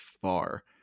far